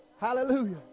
Hallelujah